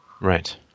Right